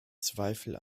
zweifel